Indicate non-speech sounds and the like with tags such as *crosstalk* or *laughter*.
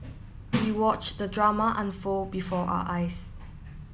*noise* we watched the drama unfold before our eyes